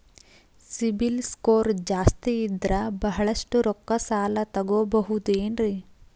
CIBIL score ಜಾಸ್ತಿ ಇದ್ರ ಬಹಳಷ್ಟು ರೊಕ್ಕ ಸಾಲ ತಗೋಬಹುದು ಏನ್ರಿ?